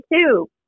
two